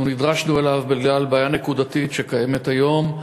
אנחנו נדרשנו אליו בגלל בעיה נקודתית שקיימת היום,